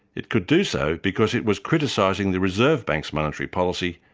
it could do so because it was criticising the reserve bank's monetary policy,